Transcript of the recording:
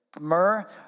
Myrrh